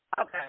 Okay